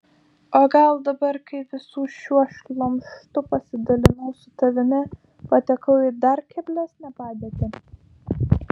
o gal dabar kai visu šiuo šlamštu pasidalinau su tavimi patekau į dar keblesnę padėtį